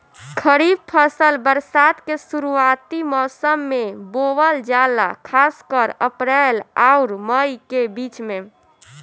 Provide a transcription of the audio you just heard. खरीफ फसल बरसात के शुरूआती मौसम में बोवल जाला खासकर अप्रैल आउर मई के बीच में